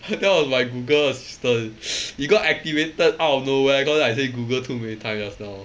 that was my Google assistant it got activated out of nowhere cause I say Google too many time just now